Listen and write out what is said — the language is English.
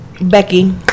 Becky